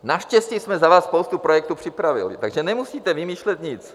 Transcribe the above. Naštěstí jsme za vás spoustu projektů připravili, takže nemusíte vymýšlet nic.